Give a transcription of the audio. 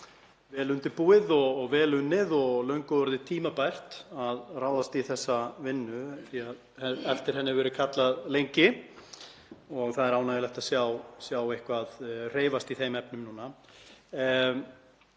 vel undirbúið og vel unnið og löngu orðið tímabært að ráðast í þessa vinnu því að eftir henni hefur verið kallað lengi og það er ánægjulegt að sjá eitthvað hreyfast í þeim efnum núna.